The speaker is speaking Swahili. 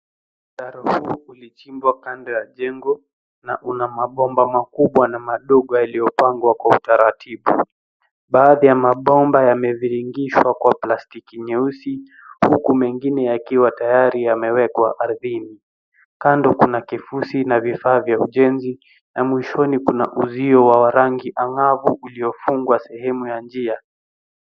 Mtaro huu ulichimbwa kando ya jengo, na una mabomba makubwa, na madogo yaliopangwa kwa utaratibu. Baadhi ya mabomba yameviringishwa kwa plastiki nyeusi, huku mengine yakiwa tayari yamewekwa ardhini. Kando kuna kifusi na vifaa vya ujenzi, na mwishoni kuna uzio wa rangi angavu uliofungwa sehemu ya njia.